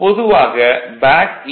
பொதுவாக பேக் ஈ